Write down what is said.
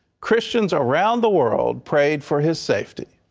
christians around the world prayed for his safety.